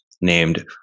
named